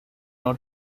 not